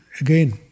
Again